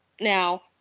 now